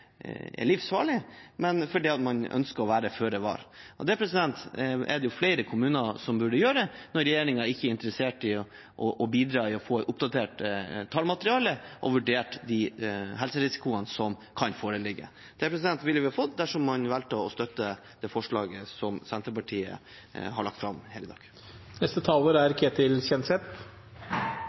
livsfarlig, men fordi de ønsker å være føre var. Og det burde flere kommuner gjøre når regjeringen ikke er interessert i å bidra med å få et oppdatert tallmateriale og få vurdert de helserisikoene som kan foreligge. Det ville vi fått dersom man hadde valgt å støtte det forslaget som Senterpartiet har lagt fram her i dag.